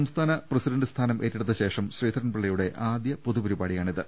സംസ്ഥാന പ്രസിഡന്റ് സ്ഥാനം ഏറ്റെടുത്ത ശേഷം ശ്രീധരൻ പിള്ളയുടെ ആദ്യ പൊതുപരിപാടി യാണിത്